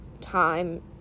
time